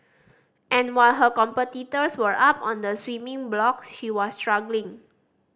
and while her competitors were up on the swimming block she was struggling